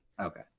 okay